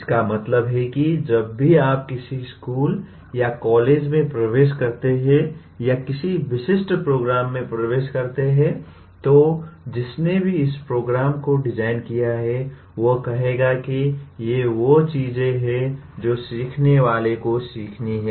इसका मतलब है कि जब भी आप किसी स्कूल या कॉलेज में प्रवेश करते हैं या किसी विशिष्ट प्रोग्राम में प्रवेश करते हैं तो जिसने भी इस प्रोग्राम को डिजाइन किया है वह कहेगा कि ये वो चीजें हैं जो सीखने वाले को सीखनी हैं